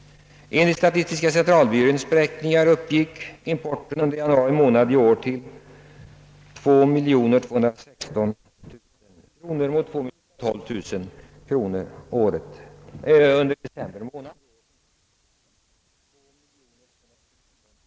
Enligt statistiska centralbyråns beräkningar uppgick importen under januari månad i år till 2216 000 kronor mot 2012 000 kronor under december månad 1966 och 1943 000 kronor under januari 1966. Detta visar alltså en utveckling som är rakt motsatt den som finansministern eftersträvat. Även siffrorna för exporten är nedslående.